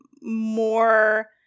more